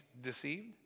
deceived